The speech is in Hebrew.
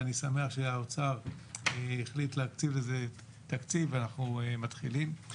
ואני שמח שהאוצר החליט להקציב לזה תקציב ואנחנו מתחילים.